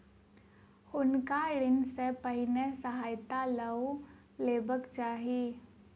हुनका ऋण सॅ पहिने सहायता लअ लेबाक चाही